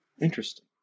Interesting